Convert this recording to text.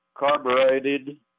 carbureted